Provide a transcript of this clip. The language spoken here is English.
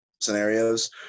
scenarios